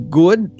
good